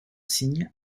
signe